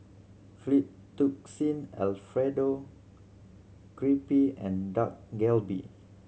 Fettuccine Alfredo Crepe and Dak Galbi